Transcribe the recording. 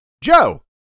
Joe